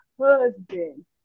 husband